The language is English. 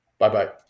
Bye-bye